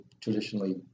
traditionally